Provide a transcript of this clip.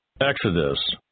Exodus